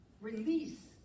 release